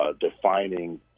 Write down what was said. defining